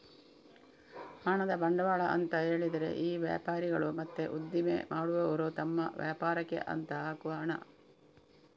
ಹಣದ ಬಂಡವಾಳ ಅಂತ ಹೇಳಿದ್ರೆ ಈ ವ್ಯಾಪಾರಿಗಳು ಮತ್ತೆ ಉದ್ದಿಮೆ ಮಾಡುವವರು ತಮ್ಮ ವ್ಯಾಪಾರಕ್ಕೆ ಅಂತ ಹಾಕುವ ಹಣ